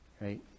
right